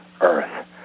earth